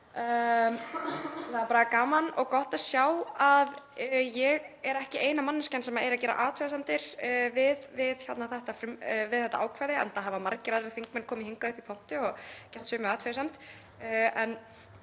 Það er bara gaman og gott að sjá að ég er ekki eina manneskjan sem er að gera athugasemdir við þetta ákvæði enda hafa margir aðrir þingmenn komið hingað upp í pontu og gert sömu athugasemd.